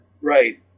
Right